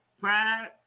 pride